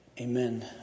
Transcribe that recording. amen